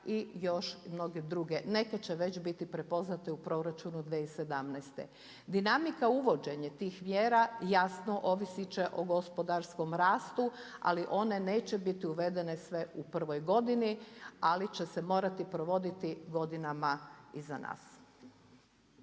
i još mnoge druge. Neke će već biti prepoznate u proračunu 2017. Dinamika uvođenja tih mjera jasno ovisit će o gospodarskom rastu, ali one neće biti uvedene sve u prvoj godini ali će se morati provoditi godinama iza nas.